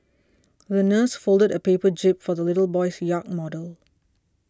the nurse folded a paper jib for the little boy's yacht model